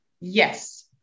Yes